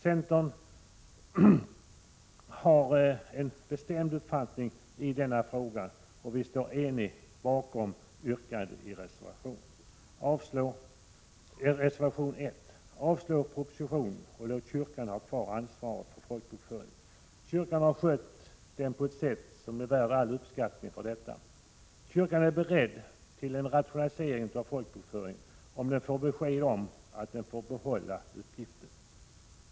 Centern har en bestämd uppfattning i denna fråga, och vi står eniga bakom yrkandet i reservation nr 1. Avslå propositionen och låt kyrkan ha kvar ansvaret för folkbokföringen! Kyrkan har skött den på ett sätt som är värd all uppskattning. Kyrkan är också beredd till en rationalisering av folkbokföringen, om den får besked om att den får behålla uppgiften.